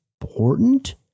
important